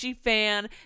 fan